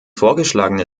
vorgeschlagene